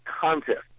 contest